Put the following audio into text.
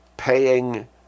Paying